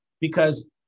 because-